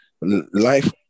life